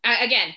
Again